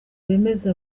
bemeze